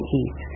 eat